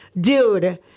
Dude